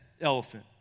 elephant